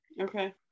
okay